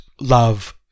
love